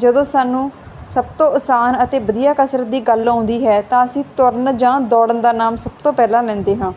ਜਦੋਂ ਸਾਨੂੰ ਸਭ ਤੋਂ ਆਸਾਨ ਅਤੇ ਵਧੀਆ ਕਸਰਤ ਦੀ ਗੱਲ ਆਉਂਦੀ ਹੈ ਤਾਂ ਅਸੀਂ ਤੁਰਨ ਜਾਂ ਦੌੜਨ ਦਾ ਨਾਮ ਸਭ ਤੋਂ ਪਹਿਲਾਂ ਲੈਂਦੇ ਹਾਂ